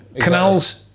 Canals